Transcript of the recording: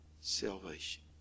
salvation